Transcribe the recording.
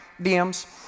DMs